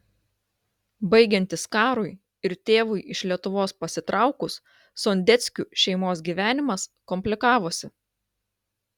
baigiantis karui ir tėvui iš lietuvos pasitraukus sondeckių šeimos gyvenimas komplikavosi